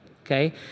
Okay